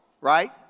right